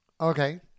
Okay